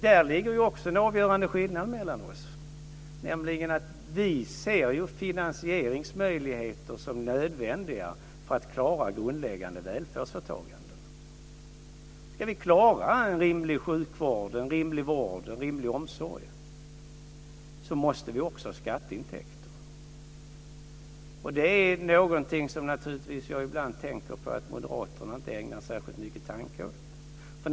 Där ligger också en avgörande skillnad mellan oss, nämligen att vi ser finansieringsmöjligheter som nödvändiga för att klara grundläggande välfärdsåtaganden. Ska vi klara en rimlig sjukvård, en rimlig omsorg, måste vi också ha skatteintäkter. Det är någonting som jag naturligtvis ibland tänker på att moderaterna inte ägnar särskilt många tankar åt.